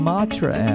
Matra